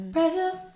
Pressure